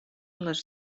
les